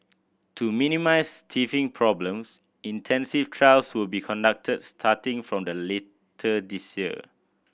to minimise teething problems intensive trials will be conducted starting from the later this year